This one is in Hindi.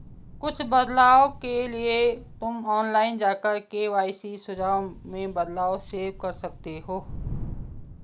कुछ बदलाव के लिए तुम ऑनलाइन जाकर के.वाई.सी सुझाव में बदलाव सेव कर सकते हो